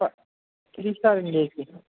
ప three star అండి